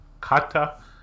Kata